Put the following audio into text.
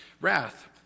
wrath